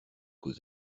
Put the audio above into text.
aux